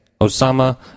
Osama